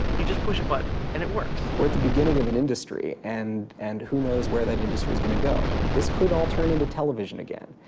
you just push a button and it works. we're at the beginning of an industry and and who knows where that industry's gonna go? this could all turn into television again.